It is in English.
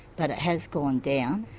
but it has gone down.